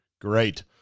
Great